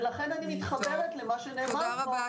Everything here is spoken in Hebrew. ולכן אני מתחברת למה שנאמר כבר,